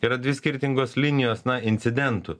yra dvi skirtingos linijos na incidentų